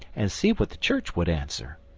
and see what the church would answer.